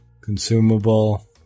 consumable